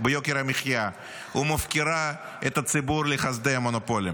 ביוקר המחיה ומפקירה את הציבור לחסדי המונופולים,